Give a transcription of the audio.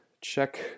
check